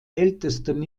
ältesten